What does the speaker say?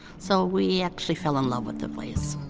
so, we actually fell in love with the place.